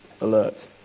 alert